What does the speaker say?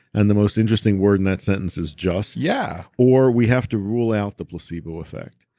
and the most interesting word in that sentence is just yeah or we have to rule out the placebo effect.